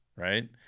Right